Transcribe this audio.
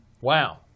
Wow